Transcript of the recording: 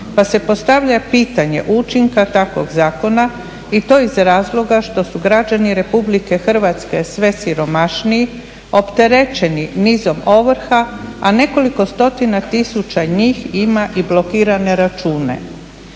pa se postavlja pitanje učinka takvog zakona i to iz razloga što su građani Republike Hrvatske sve siromašniji, opterećeni nizom ovrha a nekoliko stotina tisuća njih ima i blokirane račune.